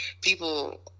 people